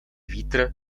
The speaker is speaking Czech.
vítr